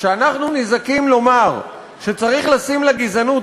כשאנחנו נזעקים לומר שצריך לשים לגזענות